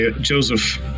Joseph